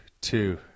two